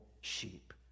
sheep